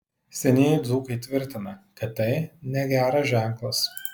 senieji dzūkai tvirtina kad tai negeras ženklas